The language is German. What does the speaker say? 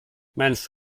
mensch